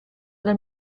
dal